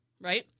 right